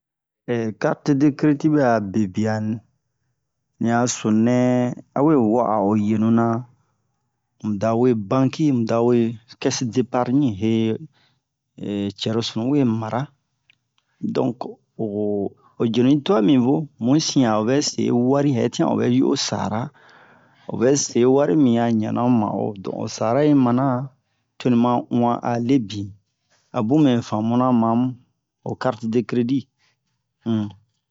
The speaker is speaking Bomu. karti-de-credi bɛ'a bebiani ni a sununɛ a we wa'a o yenuna muda we banki muda we kes-deparɲi cɛrosunu we mara donk o o jenu yi twa mi vo mu yi sin'a o vɛ se wari hɛtian o bɛ ju o sara o vɛ se wari mi a ɲɛna o ma'o don o sara yi mana to ni ma uwan a lebin a bun mɛ famuna ma mu ho karti-de-cridi um